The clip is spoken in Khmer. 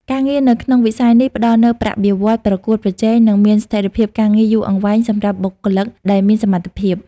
ការងារនៅក្នុងវិស័យនេះផ្តល់នូវប្រាក់បៀវត្សរ៍ប្រកួតប្រជែង និងមានស្ថិរភាពការងារយូរអង្វែងសម្រាប់បុគ្គលិកដែលមានសមត្ថភាព។